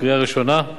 קריאה ראשונה.